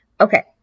Okay